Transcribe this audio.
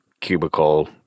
cubicle